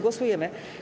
Głosujemy.